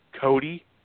Cody